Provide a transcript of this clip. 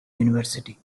university